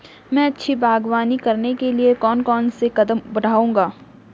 मैं अच्छी बागवानी करने के लिए कौन कौन से कदम बढ़ाऊंगा?